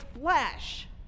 flesh